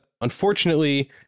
Unfortunately